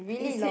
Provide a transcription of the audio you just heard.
you said